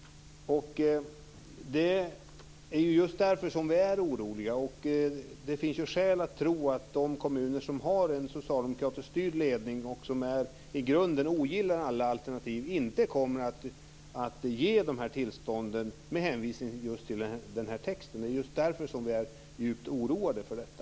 Det är just därför som vi är oroliga. Det finns skäl att tro att de kommuner som har en socialdemokratisk ledning och som i grunden ogillar alla alternativ inte kommer att ge de här tillstånden med hänvisning till den här texten. Det är därför som vi är djupt oroade för detta.